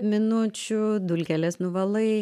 minučių dulkeles nuvalai